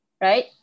right